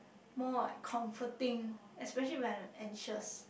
more like comforting especially when I'm like anxious